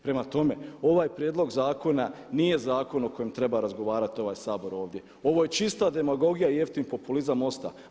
Prema tome, ovaj prijedlog zakona nije zakon o kojem treba razgovarati ovaj Sabor ovdje, ovo je čista demagogija i jeftin populizam MOST-a.